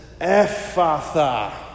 Ephatha